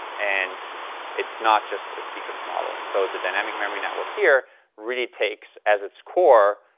and it's not just a sequence model, and so the dynamic memory network here really takes as its core,